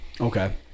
Okay